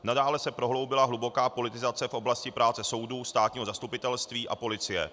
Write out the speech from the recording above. Nadále se prohloubila hluboká politizace v oblasti práce soudů, státního zastupitelství a policie.